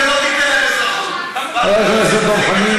אתה שונא אותם, אתה אומר להיפרד.